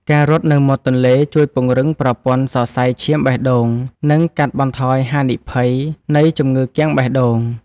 ការរត់នៅមាត់ទន្លេជួយពង្រឹងប្រព័ន្ធសរសៃឈាមបេះដូង និងកាត់បន្ថយហានិភ័យនៃជំងឺគាំងបេះដូង។